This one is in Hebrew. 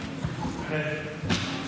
הסגנון.